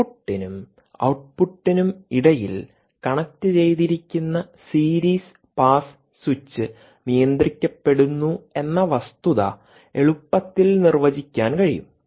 ഇൻപുട്ടിനും ഔട്ട്പുട്ടിനുമിടയിൽ കണക്റ്റുചെയ്തിരിക്കുന്ന സീരീസ് പാസ് സ്വിച്ച് നിയന്ത്രിക്കപ്പെടുന്നു എന്ന വസ്തുത എളുപ്പത്തിൽ നിർവചിക്കാൻ കഴിയും